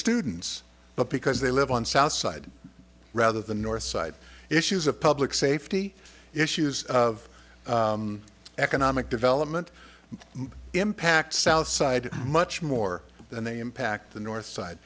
students but because they live on south side rather than north side issues of public safety issues of economic development impact south side much more than they impact the north side